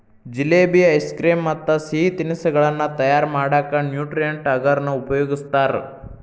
jalebi, ice cream ಮತ್ತ್ ಸಿಹಿ ತಿನಿಸಗಳನ್ನ ತಯಾರ್ ಮಾಡಕ್ ನ್ಯೂಟ್ರಿಯೆಂಟ್ ಅಗರ್ ನ ಉಪಯೋಗಸ್ತಾರ